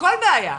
כל בעיה,